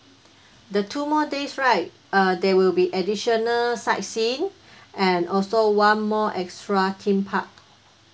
the two more days right uh there will be additional sightseeing and also one more extra theme park